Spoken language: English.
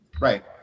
right